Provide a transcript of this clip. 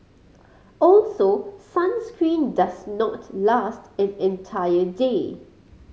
also sunscreen does not last an entire day